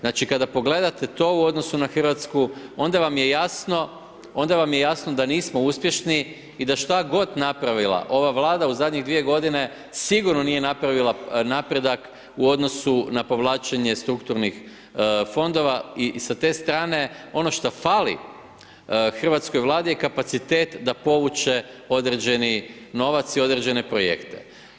Znači, kada pogledate to u odnosu na Hrvatsku, onda vam je jasno da nismo uspješni i da što god napravila ova Vlada u zadnjih dvije godine, sigurno nije napravila napredak u odnosu na povlačenje strukturnih fondova i sa te strane, ono što fali hrvatskoj Vladi je kapacitet da povuče određeni novac i određene projekte.